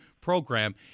program